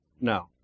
No